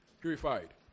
Purified